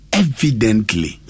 evidently